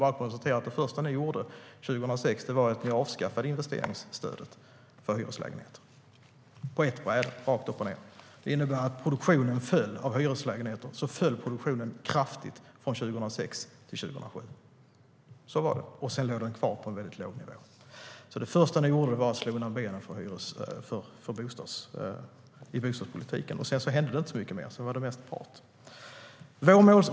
Men jag konstaterar bara att det första ni gjorde 2006 var att avskaffa investeringsstödet för hyreslägenheter på ett bräde, rakt upp och ned. Det innebar att produktionen av hyreslägenheter föll kraftigt från 2006 till 2007 och sedan låg kvar på en väldigt låg nivå. Det första ni gjorde var att slå undan benen för produktionen av hyreslägenheter. Sedan hände det inte så mycket mer, utan det var mest prat.